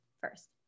first